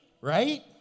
Right